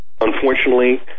unfortunately